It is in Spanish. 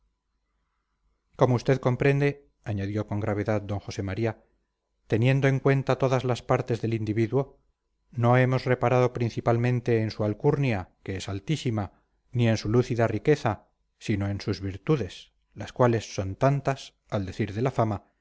como usted comprende añadió con gravedad d josé maría teniendo en cuenta todas las partes del individuo no hemos reparado principalmente en su alcurnia que es altísima ni en su lúcida riqueza sino en sus virtudes las cuales son tantas al decir de la fama